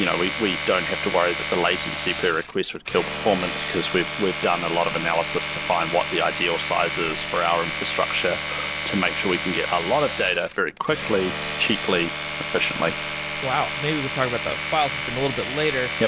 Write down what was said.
you know we we don't have to worry that the latency per request would kill performance, because we've we've done a lot of analysis to find what the ideal size is for our infrastructure to make sure we can get a lot of data very quickly, cheaply and efficiently wow! maybe we could talk about the file system a little bit later, yeah